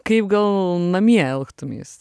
kaip gal namie elgtumeis